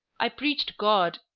i preached god,